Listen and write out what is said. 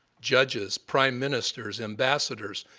judges, prime ministers, ambassadors,